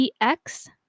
EX